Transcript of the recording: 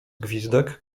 gwizdek